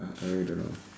I I really don't know